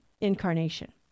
incarnation